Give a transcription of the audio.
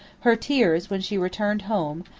her tears, when she returned home,